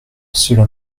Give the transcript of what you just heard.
cela